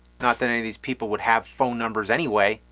not that any of these people would have phone numbers anyway.